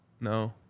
No